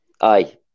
aye